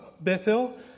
Bethel